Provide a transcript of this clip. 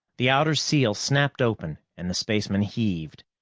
the outer seal snapped open and the spaceman heaved.